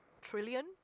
trillion